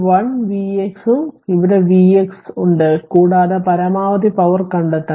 1 Vx ഇവിടെ Vx ഉണ്ട് കൂടാതെ പരമാവധി പവർ കണ്ടെത്തണം